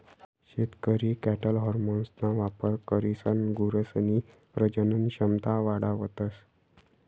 शेतकरी कॅटल हार्मोन्सना वापर करीसन गुरसनी प्रजनन क्षमता वाढावतस